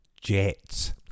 jets